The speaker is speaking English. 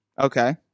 Okay